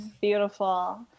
Beautiful